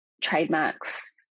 trademarks